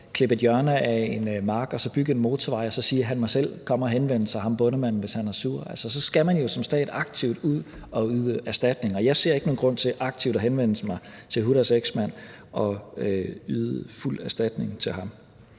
klippe et hjørne af en mark og bygge en motorvej og sige, at ham bondemanden selv må komme og henvende sig, hvis han er sur, så skal man jo her som stat aktivt ud at yde erstatning, og jeg ser ikke nogen grund til aktivt at henvende mig til Hudas eksmand og yde fuld erstatning til ham.